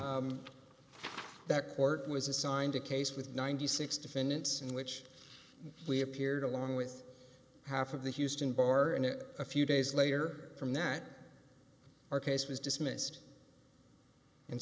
that court was assigned a case with ninety six dollars defendants in which we appeared along with half of the houston bar and a few days later from that our case was dismissed and